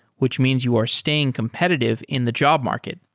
which means you are staying competitive in the job market.